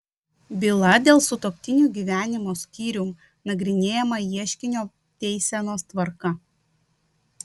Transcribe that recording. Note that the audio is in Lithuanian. byla dėl sutuoktinių gyvenimo skyrium nagrinėjama ieškinio teisenos tvarka